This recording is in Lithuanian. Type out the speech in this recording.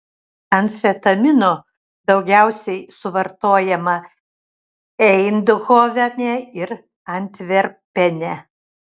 amfetamino daugiausiai suvartojama eindhovene ir antverpene